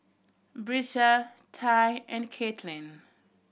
Brisa Tye and Katelyn